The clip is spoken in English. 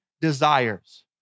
desires